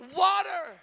water